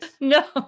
No